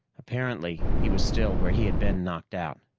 apparently he was still where he had been knocked out.